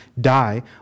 die